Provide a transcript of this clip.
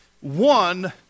one